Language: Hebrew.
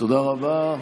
תודה רבה.